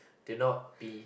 do not be